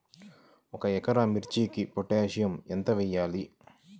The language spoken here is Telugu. ఒక ఎకరా మిర్చీకి పొటాషియం ఎంత వెయ్యాలి?